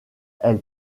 elle